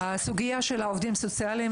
הסוגיה הבאה היא סוגיית העובדים הסוציאליים